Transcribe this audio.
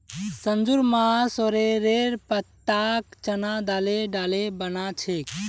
संजूर मां सॉरेलेर पत्ताक चना दाले डाले बना छेक